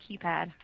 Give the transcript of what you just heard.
keypad